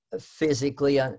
physically